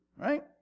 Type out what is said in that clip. right